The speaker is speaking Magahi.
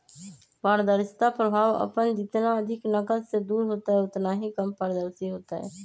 पारदर्शिता प्रभाव अपन जितना अधिक नकद से दूर होतय उतना ही कम पारदर्शी होतय